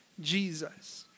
Jesus